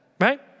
right